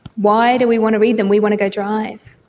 why do we want to read them? we want to go drive.